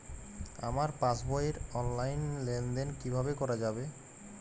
আমার পাসবই র অনলাইন লেনদেন কিভাবে করা যাবে?